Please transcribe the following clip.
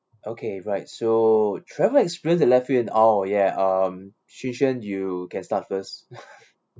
okay right so travel experience that left you in awe ya um xu xuan you can start first